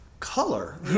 color